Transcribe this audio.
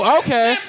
okay